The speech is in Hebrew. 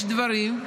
יש דברים,